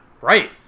right